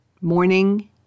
Morning